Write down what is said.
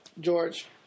george